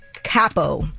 Capo